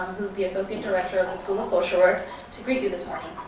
who is the associate director of the school of social work to greet you this morning.